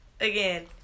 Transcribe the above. again